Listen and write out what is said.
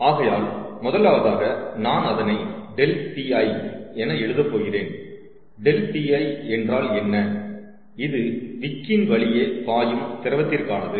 ஆகையால் முதலாவதாக நான் அதனை ∆Pl என எழுதப் போகிறேன் ∆Pl என்றால் என்ன இது விக்கின் வழியே பாயும் திரவத்திற்கானது